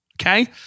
okay